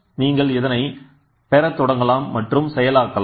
நீங்கள் இதனை பெற தொடங்கலாம் மற்றும் செயலாக்கலாம்